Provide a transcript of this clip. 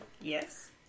yes